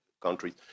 countries